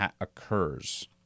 occurs